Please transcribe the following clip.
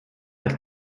als